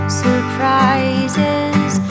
surprises